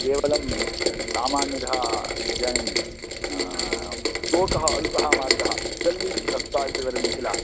केवलं सामान्यतः इदानीं स्तूकः अल्पः मार्गः गल्लिरस्ता इति वदन्ति किल